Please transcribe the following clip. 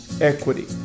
equity